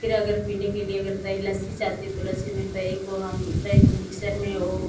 फिर अगर पीने के लिए अगर दही लस्सी चाहती है तो लस्सी में दही को हम दही को मिक्सर में ओ